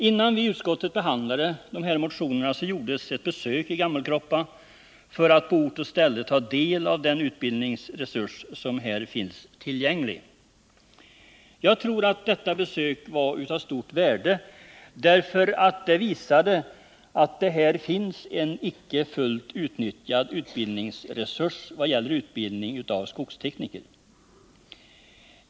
Innan vi i utskottet behandlade de här motionerna gjordes ett besök i Gammelkroppa för att på ort och ställe ta del av den utbildningsresurs som här finns tillgänglig. Jag tror att detta besök var av stort värde, därför att det visade att här finns en icke fullt utnyttjad utbildningsresurs vad gäller utbildning av skogstekniker.